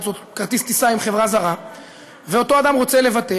או כרטיס טיסה עם חברה זרה ואותו אדם רוצה לבטל,